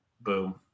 boom